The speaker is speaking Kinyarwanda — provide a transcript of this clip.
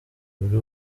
buri